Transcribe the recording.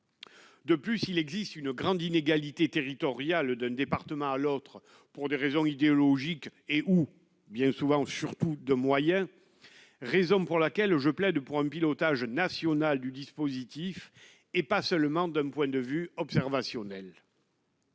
De plus, il existe une grande inégalité territoriale d'un département à l'autre pour des raisons idéologiques et où bien souvent surtout de moyens, raison pour laquelle je plaide pour un pilotage national du dispositif, et pas seulement d'un point de vue observationnelle.